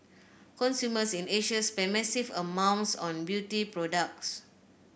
consumers in Asia spend massive amounts on beauty products